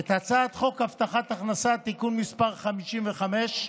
את הצעת חוק הבטחת הכנסה (תיקון מס' 55),